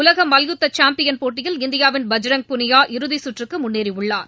உலக மல்யுத்த சாம்பியன் போட்டியில் இந்தியாவின் பஜ்ரங் புனியா இறுதி கற்றுக்கு முன்னேறி உள்ளார்